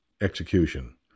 execution